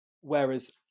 whereas